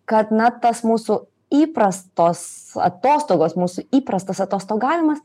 kad na tas mūsų įprastos atostogos mūsų įprastas atostogavimas